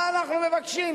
מה אנחנו מבקשים?